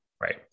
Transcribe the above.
Right